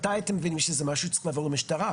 מתי אתם מבינים שזה משהו שצריך לעבור למשטרה?